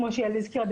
כמו שיעל הזכירה,